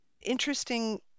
interesting